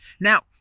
Now